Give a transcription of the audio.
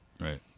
right